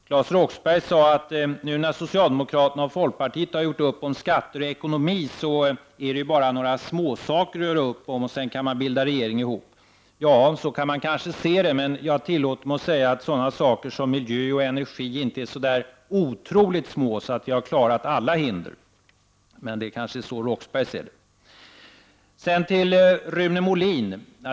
Claes Roxbergh sade att nu när folkpartiet och socialdemokraterna har gjort upp skatter och ekonomi, är det bara några småsaker att göra upp om och sedan går det att bilda en regering. Tillåt mig att säga att sådana saker som miljö och energi inte är så otroligt små att alla hinder har klarats ut. Men det är kanske så Roxbergh ser det.